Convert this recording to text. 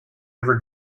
ever